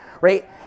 right